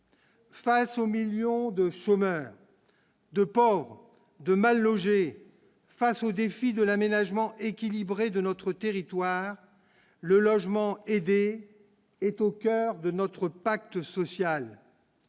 Face aux millions de chômeurs, de ports de mal-logés, face aux défis de l'aménagement équilibré de notre territoire, le logement aidés est au coeur de notre pacte social.